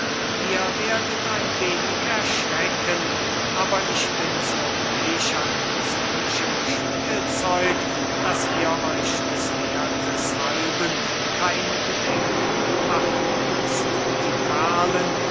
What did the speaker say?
ihr werdet ein wenig erschrecken aber ich bin so reich an solchem spielzeug daß ihr euch des werthes halben kein bedenken machen müßt die perlen